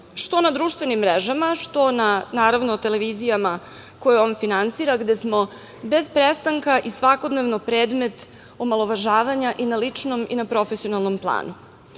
što na društvenim mrežama, što na, naravno, televizijama koje on finansira, gde smo bez prestanka i svakodnevno predmet omalovažavanja i na ličnom i na profesionalnom planu.